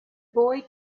boy